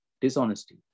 dishonesty